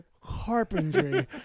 carpentry